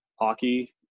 hockey